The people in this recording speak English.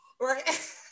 right